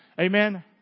Amen